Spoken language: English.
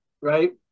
right